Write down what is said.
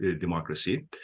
democracy